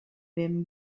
ben